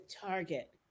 target